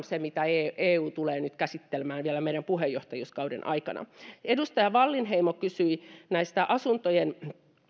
se mitä eu tulee käsittelemään vielä meidän puheenjohtajuuskauden aikana edustaja wallinheimo kysyi asuntojen